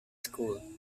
school